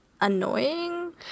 annoying